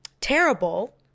terrible